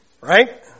Right